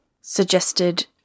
suggested